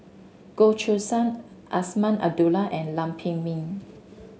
Goh Choo San Azman Abdullah and Lam Pin Min